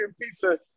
pizza